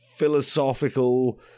philosophical